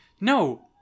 No